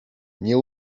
nie